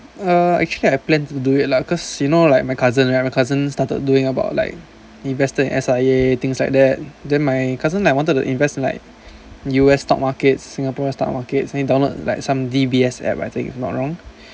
uh actually I plan to do it lah cause you know like my cousin right my cousin started doing about like invested in S_I_A things like that then my cousin like wanted to invest in like U_S stock markets singapore stock markets and you download like some D_B_S app right I think if not wrong